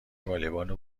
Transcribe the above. والیبال